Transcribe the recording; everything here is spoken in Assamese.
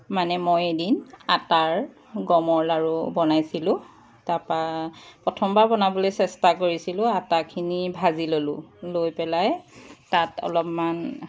মানে মই এদিন আটাৰ গমৰ লাৰু বনাইছিলোঁ তাপা প্ৰথমবাৰ বনাবলৈ চেষ্টা কৰিছিলোঁ আটাখিনি ভাজি ল'লোঁ লৈ পেলাই তাত অলপমান